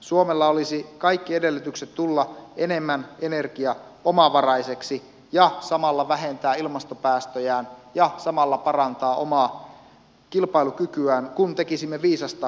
suomella olisi kaikki edellytykset tulla enemmän energiaomavaraiseksi ja samalla vähentää ilmastopäästöjään ja samalla parantaa omaa kilpailukykyään kun tekisimme viisasta energiapolitiikkaa